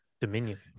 dominion